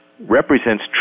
represents